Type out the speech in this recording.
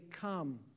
come